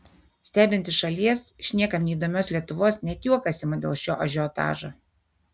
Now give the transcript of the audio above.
stebint iš šalies iš niekam neįdomios lietuvos net juokas ima dėl šio ažiotažo